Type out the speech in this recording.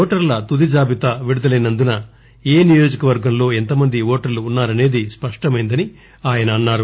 ఓటర్ల తుది జాబితా విడుదలైనందున ఏ నియోజకవర్గంలో ఎంతమంది ఓటర్లున్నా రసేది స్పష్టమైందని ఆయన అన్నారు